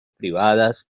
privadas